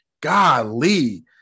golly